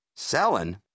Selling